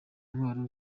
intwaro